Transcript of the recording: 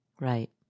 Right